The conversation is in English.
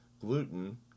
Gluten